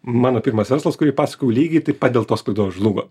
mano pirmas verslas kurį pasakojau lygiai taip pat dėl tos klaidos žlugo